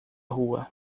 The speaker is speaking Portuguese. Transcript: rua